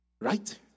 Right